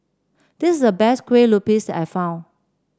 this the best Kue Lupis I found